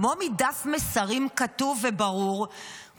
כמו מדף מסרים כתוב וברור,